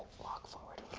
walk forward,